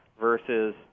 versus